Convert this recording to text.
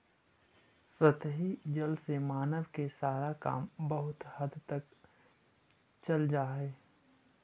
सतही जल से मानव के सारा काम बहुत हद तक चल जा हई